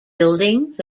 buildings